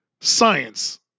science